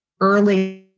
early